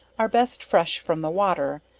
are best fresh from the water,